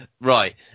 Right